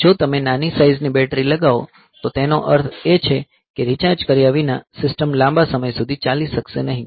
જો તમે નાની સાઇઝની બેટરી લગાવો તો તેનો અર્થ એ છે કે રિચાર્જ કર્યા વિના સિસ્ટમ લાંબા સમય સુધી ચાલી શકશે નહીં